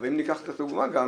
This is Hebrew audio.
אם ניקח את התמורה גם,